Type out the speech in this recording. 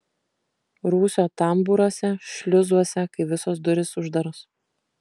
rūsio tambūruose šliuzuose kai visos durys uždaros